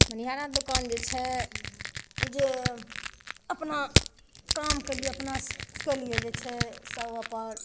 मनिहारा दोकान जे छै जे अपना कामके लिए अपना सेल्सके लिए जे छै सब अपन